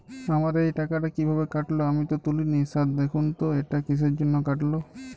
আমার এই টাকাটা কীভাবে কাটল আমি তো তুলিনি স্যার দেখুন তো এটা কিসের জন্য কাটল?